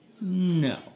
No